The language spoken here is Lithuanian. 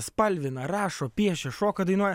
spalvina rašo piešia šoka dainuoja